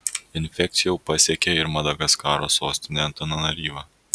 infekcija jau pasiekė ir madagaskaro sostinę antananaryvą